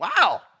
Wow